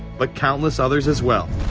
but countless others as well.